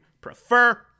prefer